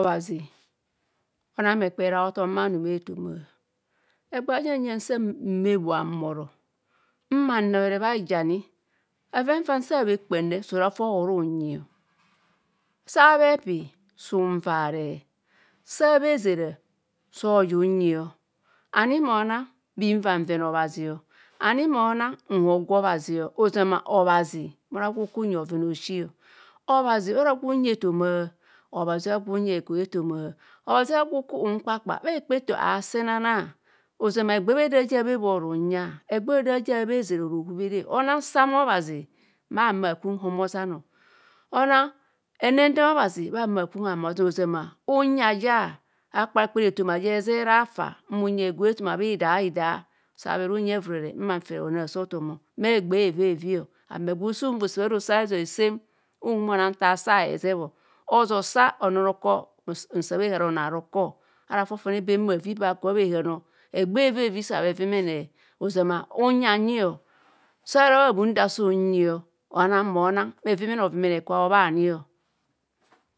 Obhazi onang bhekpere. A hothom bhanum ethomn. Egree ajen jasa bhe bhoa. Moro mma nabhere bha- hijan. Bhofen fa nsa bhekpan nre. So ora fo so unvane, sa. Bhe zera sa oya anyi o ani aoro onang bbi- nva nvene. Obhazi, ani mor anang nho gwa obhazi ozama obhazi. Ora gwe oku unyi bhoven. Aoshi obhazi ara gwa unyi ethoma. Obhazi ora. Gwe unyi hegue ethoma. Obhazi ora gwe oku unkpakpaa. Bha hekpa eto a seana. Ozama egbee bheda je bha. Bhoa ora hunya. Egbee. Bheda ja bhe zera ora. Ohohubhene. Onang sam. Obhazi bha ma aakum ho- ma. Ozano onang henendeme. Obhazi bha hama akum ho- ma. Ozan o, ozama unya anye. Akpa akpan ethoma ta ezene. Hafa ohuma unyi hegue. Ethoma bha ida ida sa bhe ro unyi evurene. ma nfi rehonase othono, bha egbee evevio. Ame gwe. Osa unva ose bharoso izoi sem o. Unhumo anang fa asa bhe. ezebo oza osa onoo aroko nsa bha. ehara onoo a roko ara. fofone bem bhaa bhaku bha hehaa. a. Egbee evevi sa bhe. evimene. Ozama nya- anyi o. saara bha bhunda so unyi. Ani mo onang bhevimene evimene. kwa bho bhani o.